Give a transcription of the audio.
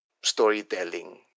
storytelling